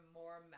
more